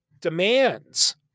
demands